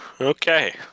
Okay